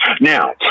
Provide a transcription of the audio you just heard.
Now